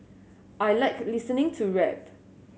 I like listening to rap